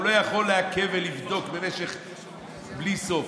הוא לא יכול לעכב ולבדוק בלי סוף,